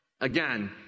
Again